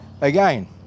Again